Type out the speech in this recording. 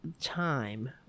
time